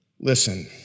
Listen